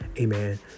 Amen